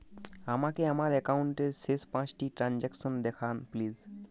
আমাকে আমার একাউন্টের শেষ পাঁচটি ট্রানজ্যাকসন দেখান প্লিজ